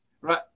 Right